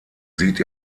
sieht